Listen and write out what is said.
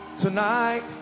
Tonight